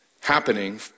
happening